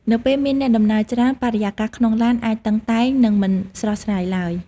នៅពេលមានអ្នកដំណើរច្រើន បរិយាកាសក្នុងឡានអាចតឹងតែងនិងមិនស្រស់ស្រាយឡើយ។